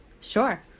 Sure